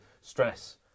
stress